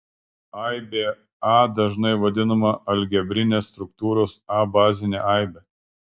aibė a dažnai vadinama algebrinės struktūros a bazine aibe